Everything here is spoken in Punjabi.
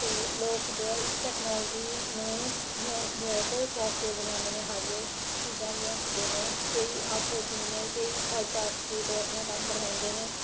ਅਤੇ ਲੋਕ ਜੋ ਹੈ ਇਸ ਟੈਕਨੋਲਜੀ ਨੂੰ ਬਹੁਤ ਸੋਫਟਵੇਅਰ ਬਣਵਾਉਂਦੇ ਨੇ ਹਾਰਡਵੇਅਰ ਚੀਜ਼ਾਂ ਦੇ ਨੇ ਕਈ ਆਊਟਸੋਰਸਿੰਗ ਹੁੰਦੇ ਕਈ ਥਰਡ ਪਾਰਟੀ ਤੋਂ ਆਪਣਾ ਕੰਮ ਕਰਵਾਉਂਦੇ ਨੇ